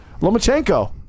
Lomachenko